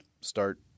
start